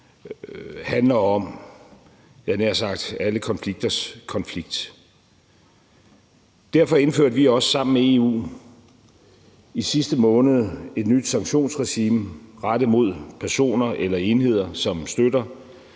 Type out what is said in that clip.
jeg nær sagt, alle konflikters konflikt. Derfor indførte vi også sammen med EU i sidste måned et nyt sanktionsregime rettet mod personer eller enheder, som støtter,